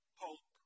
hope